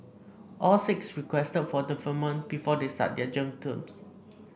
all six requested for deferment before they start their jail terms